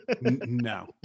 No